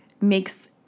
makes